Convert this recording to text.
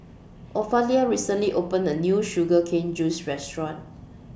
Ofelia recently opened A New Sugar Cane Juice Restaurant